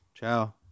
Ciao